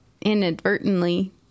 inadvertently